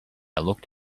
looked